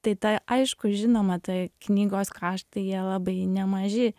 tai ta aišku žinoma ta knygos kraštai jie labai nemaži